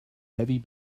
heavy